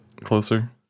closer